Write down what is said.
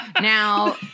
Now